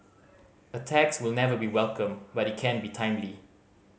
a tax will never be welcome but it can be timely